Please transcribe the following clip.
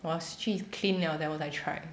我去 clean liao then 我才 try